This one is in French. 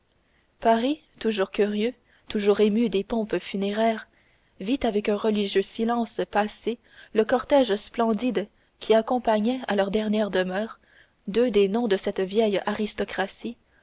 paris toujours curieux toujours ému des pompes funéraires vit avec un religieux silence passer le cortège splendide qui accompagnait à leur dernière demeure deux des noms de cette vieille aristocratie